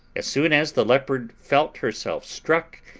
as soon as the leopard felt herself struck,